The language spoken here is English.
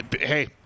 hey